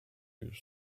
lose